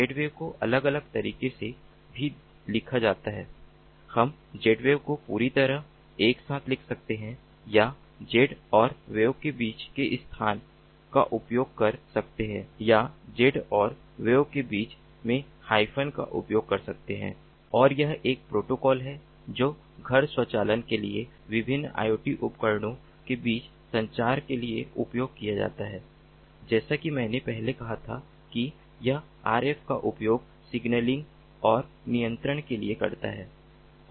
Zwave को अलग अलग तरीकों से भी लिखा जाता है हम Zwave को पूरी तरह से एक साथ लिख सकते हैं या Z और wave के बीच के स्थान का उपयोग कर सकते हैं या Z और wave के बीच में हायफ़न का उपयोग कर सकते हैं और यह एक प्रोटोकॉल है जो घर स्वचालन के लिए विभिन्न IoT उपकरणों के बीच संचार के लिए उपयोग किया जाता है जैसा कि मैंने पहले कहा था कि यह RF का उपयोग सिग्नलिंग और नियंत्रण के लिए करता है